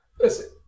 listen